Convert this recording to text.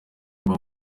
mba